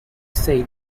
said